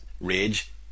rage